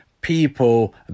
people